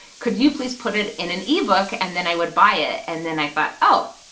could you please put it in an ebook and then i would buy it. and then i thought oh,